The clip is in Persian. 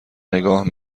نگاه